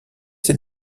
ses